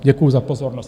Děkuji za pozornost.